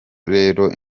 rero